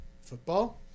football